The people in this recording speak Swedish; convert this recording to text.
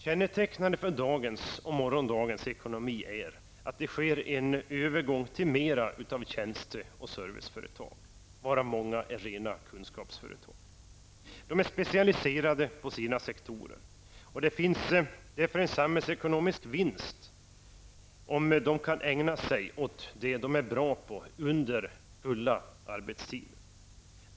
Kännetecknande för dagens och morgondagens ekonomi är att det sker en övergång till fler tjänsteoch serviceföretag, varav många är rena kunskapsföretag. Dessa är specialiserade på sina sektorer, och det finns därför en samhällsekonomisk vinst i om de kan ägna sig åt det de är bra på under hela arbetstiden.